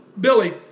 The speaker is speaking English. Billy